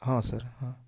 ହଁ ସାର୍ ହଁ